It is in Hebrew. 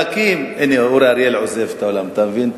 החלקים, הנה, אורי אריאל עוזב את האולם, אתה מבין?